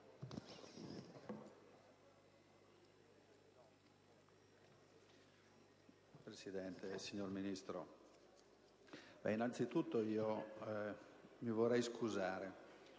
Presidente, signor Ministro, innanzitutto mi vorrei scusare